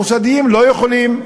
המוסדיים לא יכולים.